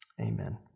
amen